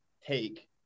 take